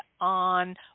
on